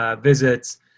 visits